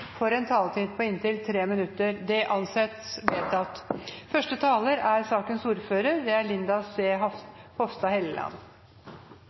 får en taletid på inntil 3 minutter. – Det anses vedtatt. Jeg må innrømme at dette er en sak det